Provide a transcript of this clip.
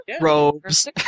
Robes